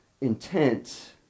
intent